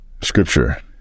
Scripture